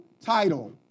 title